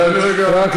תרשה לי רגע לסיים.